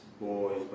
boys